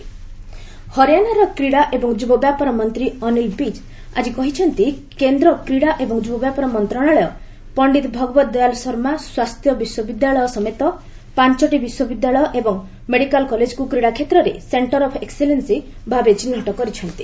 Haryana institution ହରିଆଣାର କ୍ରୀଡ଼ା ଏବଂ ଯୁବ ବ୍ୟାପାର ମନ୍ତ୍ରୀ ଅନୀଲ ବିଜ୍ ଆଜି କହିଛନ୍ତି କେନ୍ଦ୍ର କ୍ରୀଡ଼ା ଏବଂ ଯୁବ ବ୍ୟାପାର ମନ୍ତ୍ରଣାଳୟ ପଣ୍ଡିତ ଭଗବତ୍ ଦୟାଲ୍ ଶର୍ମା ସ୍ୱାସ୍ଥ୍ୟ ବିଶ୍ୱବିଦ୍ୟାଳୟ ସମେତ ପାଞ୍ଚଟି ବିଶ୍ୱବିଦ୍ୟାଳୟ ଏବଂ ମେଡିକାଲ୍ କଲେଜ୍କୁ କ୍ରୀଡ଼ା କ୍ଷେତ୍ରରେ ସେଣ୍ଟର ଅଫ୍ ଏକ୍ସିଲେନ୍ନ ଭାବେ ଚିହ୍ନଟ କରିଛନ୍ତି